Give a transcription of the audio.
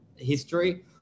history